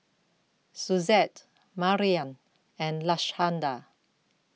Suzette Marian and Lashanda